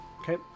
Okay